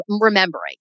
remembering